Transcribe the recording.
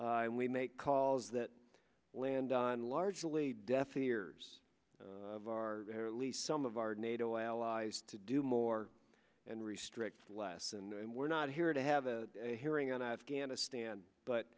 and we make calls that land on largely deaf ears of our least some of our nato allies to do more and restrict less and we're not here to have a hearing on afghanistan